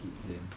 ya but